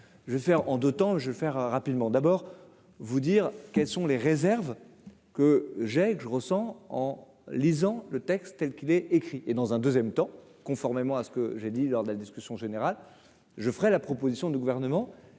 Je vais faire en 2 temps je faire rapidement, d'abord vous dire quelles sont les réserves que j'ai que je ressens en lisant le texte tel qu'il est écrit et dans un 2ème temps, conformément à ce que j'ai dit lors de la discussion générale, je ferais la proposition du gouvernement